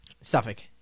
Suffolk